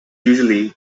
usually